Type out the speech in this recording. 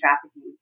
trafficking